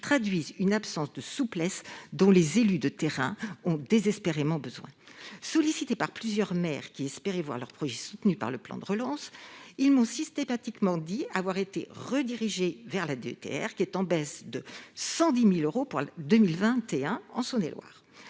traduisent une absence de souplesse, dont les élus de terrain ont pourtant désespérément besoin. J'ai été sollicitée par plusieurs maires qui espéraient voir leur projet soutenu par le plan de relance. Tous m'ont expliqué avoir été redirigés vers la DETR, pourtant en baisse de 110 000 euros pour 2021 en Saône-et-Loire